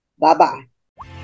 Bye-bye